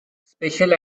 special